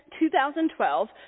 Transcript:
2012